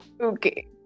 Okay